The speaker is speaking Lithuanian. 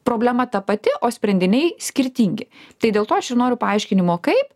problema ta pati o sprendiniai skirtingi tai dėl to aš ir noriu paaiškinimo kaip